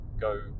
go